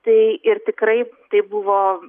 tai ir tikrai tai buvo